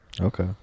Okay